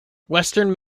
western